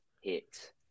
hit